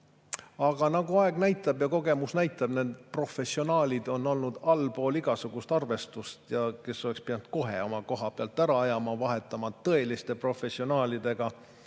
Aga nagu aeg näitab ja kogemus näitab, need professionaalid on olnud allpool igasugust arvestust. Nad oleks pidanud kohe oma koha pealt ära ajama, vahetama tõeliste professionaalide